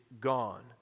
gone